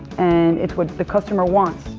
and it's what the customer wants.